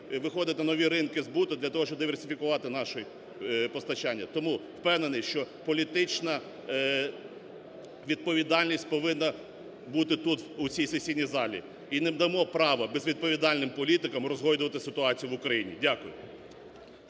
виходити на нові ринки збуту для того, щоб диверсифікувати наше постачання. Тому впевнений, що політична відповідальність повинна бути тут у цій сесійній залі і не дамо право безвідповідальним політикам розгойдувати ситуацію в Україні. Дякую.